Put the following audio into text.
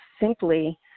simply